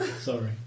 Sorry